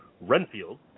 Renfield